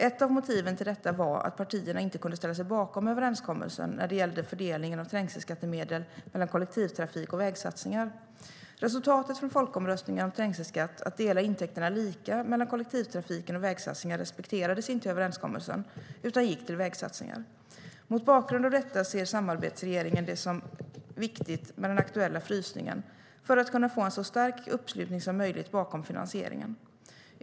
Ett av motiven till detta var att partierna inte kunde ställa sig bakom överenskommelsen när det gällde fördelningen av trängselskattemedel mellan kollektivtrafik och vägsatsningar. Resultatet från folkomröstningen om trängselskatt att dela intäkterna lika mellan kollektivtrafiken och vägsatsningar respekterades inte i överenskommelsen, utan intäkterna gick till vägsatsningar. Mot bakgrund av detta ser samarbetsregeringen det som viktigt med den aktuella frysningen för att kunna få en så stark uppslutning som möjligt bakom finansieringen.